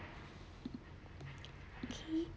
okay